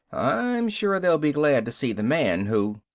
i'm sure they'll be glad to see the man who.